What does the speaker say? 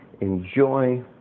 enjoy